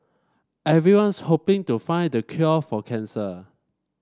everyone's hoping to find the cure for cancer